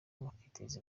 bakiteza